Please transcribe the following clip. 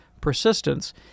persistence